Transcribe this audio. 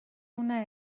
una